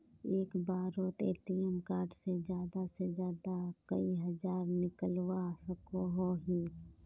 एक बारोत ATM card से ज्यादा से ज्यादा कई हजार निकलवा सकोहो ही?